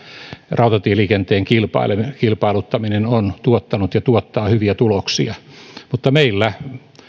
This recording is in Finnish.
rautatieliikenteen kilpailuttaminen on tuottanut ja tuottaa hyviä tuloksia mutta meillä